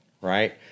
right